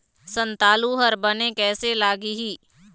संतालु हर बने कैसे लागिही?